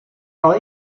ale